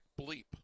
bleep